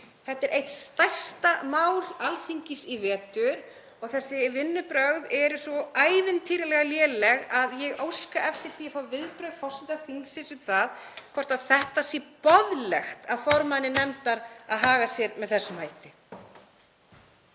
Þetta er eitt stærsta mál Alþingis í vetur og þessi vinnubrögð eru svo ævintýralega léleg að ég óska eftir því að fá viðbrögð forseta þingsins um það hvort það sé boðlegt af formanni nefndar að haga sér með þessum hætti.